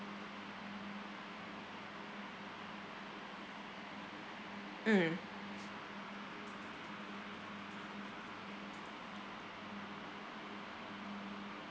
mm